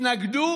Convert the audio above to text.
התנגדו